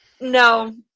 No